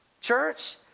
church